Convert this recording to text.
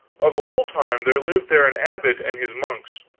of old time there lived there an abbot and his monks.